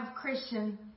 Christian